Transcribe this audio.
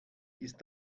ist